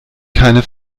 keine